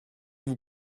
vous